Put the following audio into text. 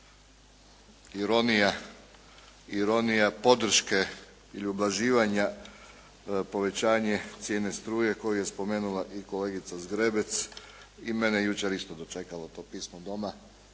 ironija podrške ili ublaživanja povećanje cijene struje koju je spomenula i kolegica Zgrebec, i mene je jučer dočekalo to pismo doma,